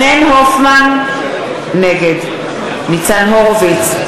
נגד ניצן הורוביץ,